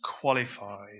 qualified